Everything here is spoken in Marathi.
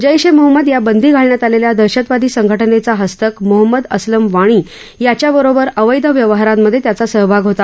जैश ए मोहम्मद या बंदी घालण्यात आलेल्या दहशतवादी संघटनेचा हस्तक मोहम्मद असलम वाणी याच्याबरोबर अवैध व्यवहारांमधे त्याचा सहभाग होता